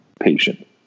patient